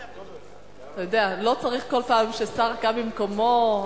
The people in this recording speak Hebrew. לא צריך כל פעם ששר קם ממקומו.